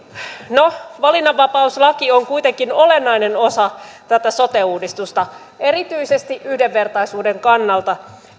no valinnanvapauslaki on kuitenkin olennainen osa tätä sote uudistusta erityisesti yhdenvertaisuuden kannalta